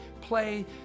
play